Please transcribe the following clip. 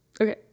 Okay